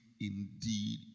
indeed